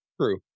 True